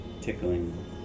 tickling